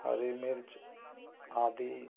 हरी मिर्च आदि